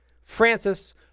Francis